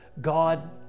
God